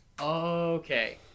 okay